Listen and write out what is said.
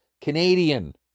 Canadian